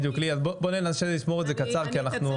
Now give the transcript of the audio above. אקצר